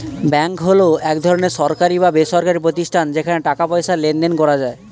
bank হলো এক ধরনের সরকারি বা বেসরকারি প্রতিষ্ঠান যেখানে টাকা পয়সার লেনদেন করা যায়